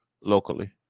locally